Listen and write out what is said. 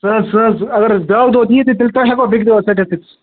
نہَ حظ سُہ حظ اگر حظ بیٛاکھ دۄہ دِیی تہٕ تیٚلہِ تہِ ہیٚکو بیٚکہِ دۄہ کٔرِتھ